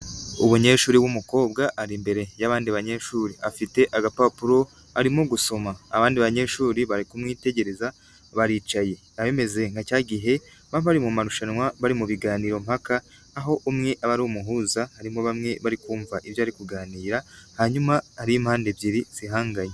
Umunyeshuri w'umukobwa ari imbere y'abandi banyeshuri, afite agapapuro arimo gusoma abandi banyeshuri bari kumwitegereza baricaye, biba bimeze nka cya gihe baba bari mu marushanwa bari mu biganiro mpaka, aho umwe aba ari umuhuza harimo bamwe bari kumva ibyo ari kuganira, hanyuma ari impande ebyiri zihanganye.